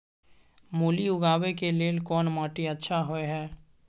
मूली उगाबै के लेल कोन माटी अच्छा होय है?